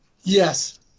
Yes